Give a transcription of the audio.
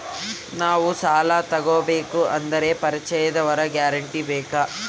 ನಾವು ಸಾಲ ತೋಗಬೇಕು ಅಂದರೆ ಪರಿಚಯದವರ ಗ್ಯಾರಂಟಿ ಬೇಕಾ?